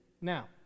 Now